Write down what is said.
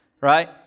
Right